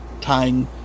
tying